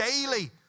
daily